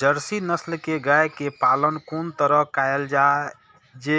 Jersey नस्ल के गाय के पालन कोन तरह कायल जाय जे